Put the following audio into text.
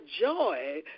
joy